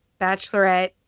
bachelorette